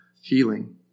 healing